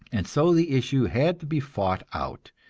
and so the issue had to be fought out.